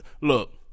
look